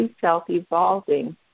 self-evolving